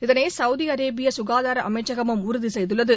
இதனை சவுதி அரேபிய சுகாதார அமைச்சகமும் உறுதி செய்துள்ளது